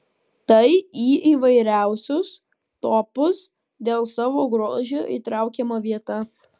tai į įvairiausius topus dėl savo grožio įtraukiama vieta